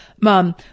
Mom